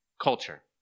Culture